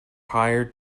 hired